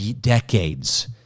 decades